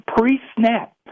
pre-snap